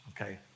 okay